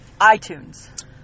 iTunes